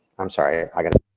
i'm sorry, i gotta,